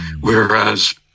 whereas